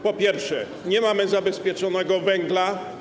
Po pierwsze, nie mamy zabezpieczonego węgla.